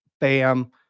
bam